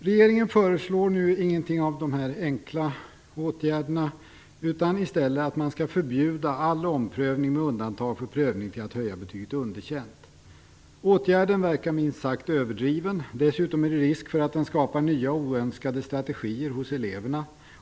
Regeringen föreslår ingen av dessa enkla åtgärder utan i stället att man skall förbjuda all omprövning med undantag för prövning för att höja betyget underkänt. Åtgärden verkar minst sagt överdriven. Dessutom är det risk att den skapar nya oönskade strategier hos eleverna.